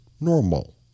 normal